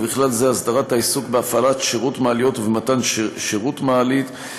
ובכלל זה הסדרת העיסוק בהפעלת שירות מעליות ובמתן שירות מעלית,